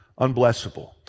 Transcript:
unblessable